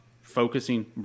focusing